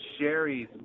Sherry's